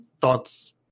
thoughts